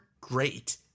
great